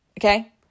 Okay